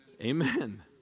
Amen